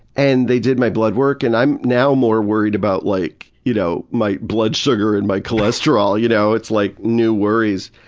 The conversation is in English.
and they did my bloodwork, and i am now more worried about, like, you know my blood sugar and my cholesterol, you know, it's like new worries.